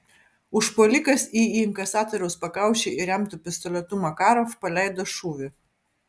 užpuolikas į inkasatoriaus pakaušį įremtu pistoletu makarov paleido šūvį